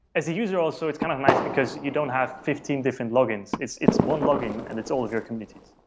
as a user also it's kind of nice, because you don't have fifteen different logins. it's it's one login and it's all of your communities,